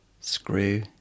Screw